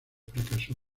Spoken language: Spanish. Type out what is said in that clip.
fracasó